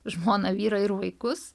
žmoną vyrą ir vaikus